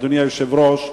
אדוני היושב-ראש,